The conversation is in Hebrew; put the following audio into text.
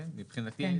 כן מבחינתי.